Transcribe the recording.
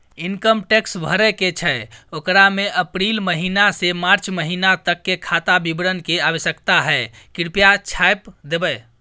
Income tax भरय के छै ओकरा में अप्रैल महिना से मार्च महिना तक के खाता विवरण के आवश्यकता हय कृप्या छाय्प देबै?